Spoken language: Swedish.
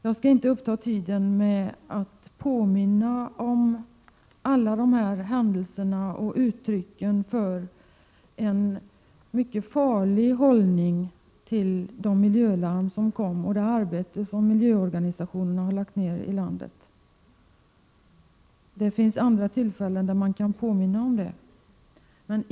Jag skall inte uppta kammarens tid med att påminna om alla de händelserna eller om sådant som i det sammanhanget ger uttryck för en mycket farlig hållning till miljölarmen och det arbete som landets miljöorganisationer har lagt ned i detta avseende. Det blir andra tillfällen att påminna om det.